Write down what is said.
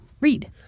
read